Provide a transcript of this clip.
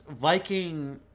Viking